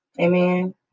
amen